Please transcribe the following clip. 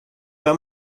pas